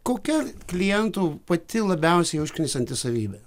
kokia klientų pati labiausiai užknisanti savybė